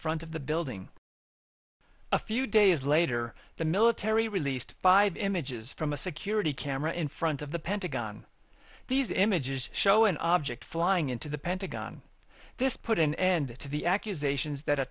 front of the building a few days later the military released by the images from a security camera in front of the pentagon these images show an object flying into the pentagon this put an end to the accusations that a